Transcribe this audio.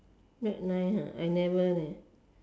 black line !huh! I never leh